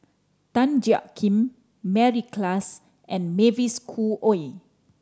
Tan Jiak Kim Mary Klass and Mavis Khoo Oei